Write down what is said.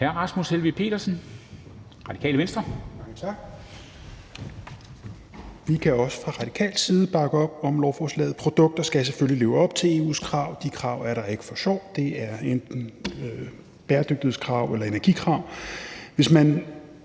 Rasmus Helveg Petersen (RV): Tak. Vi kan også fra radikal side bakke op om lovforslaget. Produkter skal selvfølgelig leve op til EU's krav. De krav er der ikke for sjov, det er enten bæredygtighedskrav eller energikrav.